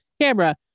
camera